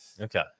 okay